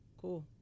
Cool